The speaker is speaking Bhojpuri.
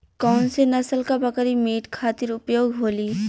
कौन से नसल क बकरी मीट खातिर उपयोग होली?